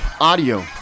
audio